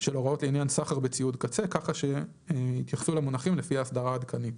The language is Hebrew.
של הוראות לעניין סחר בציוד קצה כשיתייחסו למונחים לפי האסדרה העדכנית.